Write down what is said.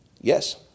Yes